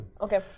Okay